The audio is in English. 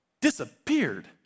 disappeared